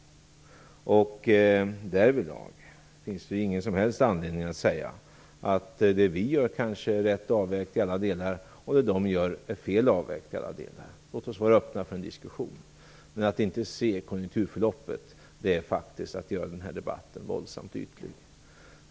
Därvidlag finns ingen som helst anledning att säga att det vi gör är rätt avvägt i alla delar och att det de gör är fel avvägt i alla delar. Låt oss vara öppna för en diskussion. Men att inte se konjunkturförloppet är faktiskt att göra den här debatten våldsamt ytlig.